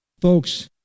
Folks